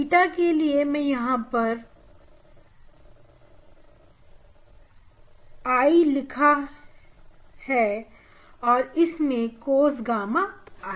बेटा के लिए मैंने यहां पर I लिखा है और इस में cos gamma आएगा